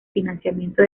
financiamiento